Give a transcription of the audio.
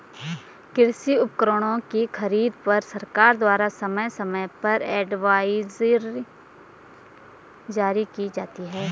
कृषि उपकरणों की खरीद पर सरकार द्वारा समय समय पर एडवाइजरी जारी की जाती है